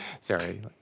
Sorry